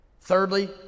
Thirdly